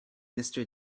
mister